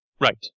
Right